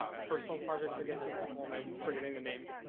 ah personal projects, i guess you could call them. i'm forgetting the name.